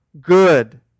good